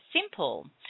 simple